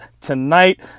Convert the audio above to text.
tonight